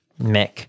Mick